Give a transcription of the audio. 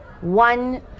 one